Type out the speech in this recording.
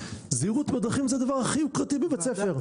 זהירות בדרכים זה הדבר הכי יוקרתי בבית הספר.